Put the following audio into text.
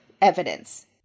evidence